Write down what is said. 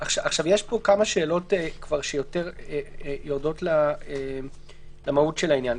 יש כאן כמה שאלות שיורדות למהות העניין.